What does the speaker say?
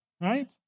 right